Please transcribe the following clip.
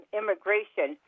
immigration